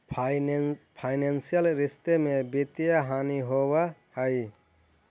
financial रिश्त में वित्तीय हानि होवऽ हई